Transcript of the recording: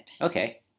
Okay